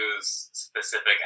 specific